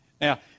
Now